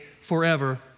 forever